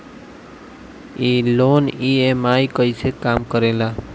ई loan EMI कईसे काम करेला?